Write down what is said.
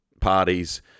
parties